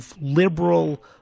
liberal